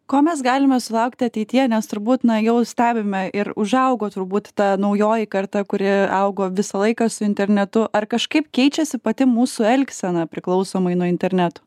ko mes galime sulaukti ateityje nes turbūt na jau stebime ir užaugo turbūt ta naujoji karta kuri augo visą laiką su internetu ar kažkaip keičiasi pati mūsų elgsena priklausomai nuo interneto